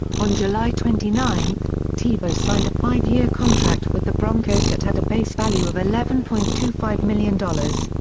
on july twenty nine, tebow signed a five-year contract with the broncos that had a base value of eleven point two five million dollars.